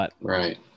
Right